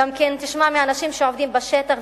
וגם תשמע מהאנשים שעובדים בשטח,